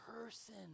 person